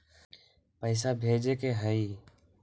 पैसा भेजे के हाइ?